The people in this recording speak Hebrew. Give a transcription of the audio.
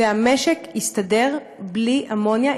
והמשק יסתדר בלי אמוניה,